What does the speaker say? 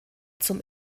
zum